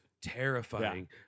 terrifying